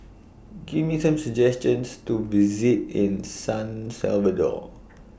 Give Me Some suggestions to visit in San Salvador